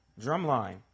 Drumline